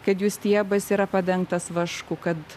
kad jų stiebas yra padengtas vašku kad